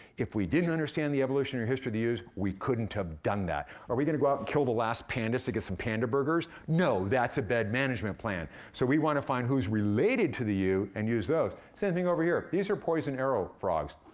if we didn't understand the evolutionary history of the yews, we couldn't have done that. are we gonna go out and kill the last pandas to get some panda burgers? no, that's a bad management plan, so we wanna find who's related to the yew and use those. same thing over here. these are poison arrow frogs.